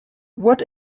what